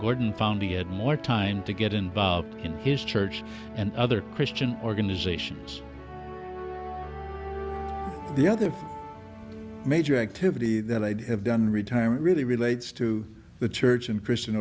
retirement found he had more time to get involved in his church and other christian organizations the other major activity that i'd have done in retirement really relates to the church and christian